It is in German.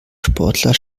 sportler